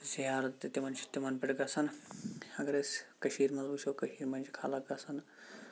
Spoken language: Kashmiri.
زِیارت تہِ تِمَن چھِ تِمَن پٮ۪ٹھ گَژھان اَگر أسۍ کٔشیٖرِ منٛز وٕچھو کٔشیٖرِ منٛز چھِ خَلَق گَژھان